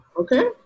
okay